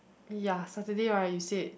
ya Saturday right you said